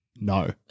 No